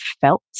felt